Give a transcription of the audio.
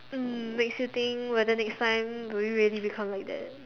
mm makes you think whether next time will we really become like that